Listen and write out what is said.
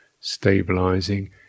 stabilizing